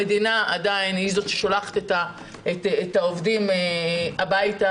המדינה היא זאת ששולחת את העובדים הביתה,